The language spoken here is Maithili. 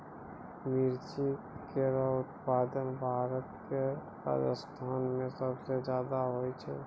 मिर्ची केरो उत्पादन भारत क राजस्थान म सबसे जादा होय छै